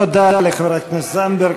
תודה לחברת הכנסת זנדברג.